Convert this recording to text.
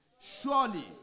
Surely